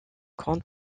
grande